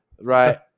right